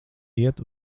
iet